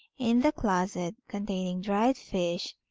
in the closet containing dried fish,